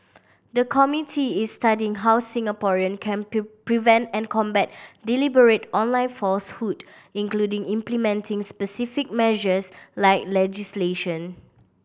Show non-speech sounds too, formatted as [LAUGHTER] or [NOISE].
the committee is studying how Singaporean can [UNINTELLIGIBLE] prevent and combat deliberate online falsehood including implementing specific measures like legislation